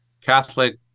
Catholic